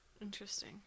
Interesting